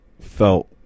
felt